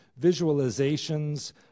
visualizations